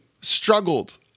struggled